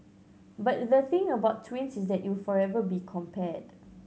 but the thing about twins is that you'll forever be compared